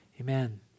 Amen